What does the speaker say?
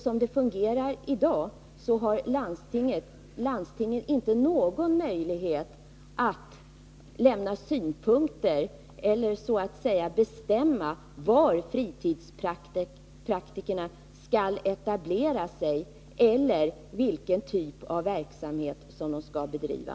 Som det fungerar i dag har landstingen inte någon möjlighet att lämna synpunkter på eller ”bestämma” var fritidspraktikerna skall etablera sig eller vilken typ av verksamhet som de skall bedriva.